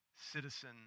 citizen